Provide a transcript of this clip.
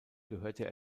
gehörte